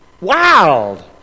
Wild